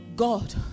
God